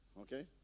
okay